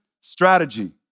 strategy